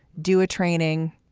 do a training.